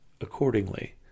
accordingly